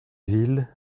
ville